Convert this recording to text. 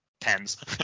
tens